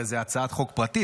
זו הרי הצעת חוק פרטית.